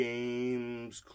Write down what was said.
Games